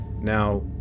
Now